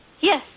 yes